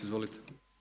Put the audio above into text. Izvolite.